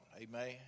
amen